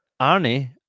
Arnie